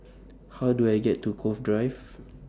How Do I get to Cove Drive